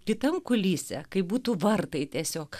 kitam kulise kaip būtų vartai tiesiog